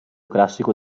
classico